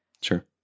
Sure